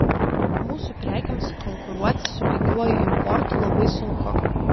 mūsų prekėms konkuruoti su pigiuoju importu labai sunku